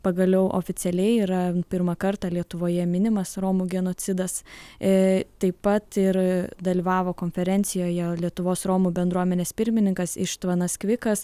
pagaliau oficialiai yra pirmą kartą lietuvoje minimas romų genocidas aaa taip pat ir dalyvavo konferencijoje lietuvos romų bendruomenės pirmininkas ištvanas kvikas